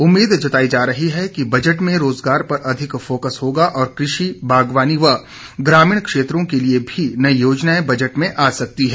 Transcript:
उम्मीद जताई जा रही है कि बजट में रोजगार पर अधिक फोकस होगा और क्रषि बागवानी व ग्रामीण क्षेत्रों के लिये भी नई योजनाएं बजट में आ सकती हैं